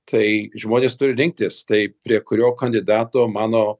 tai žmonės turi rinktis tai prie kurio kandidato mano